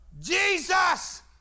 Jesus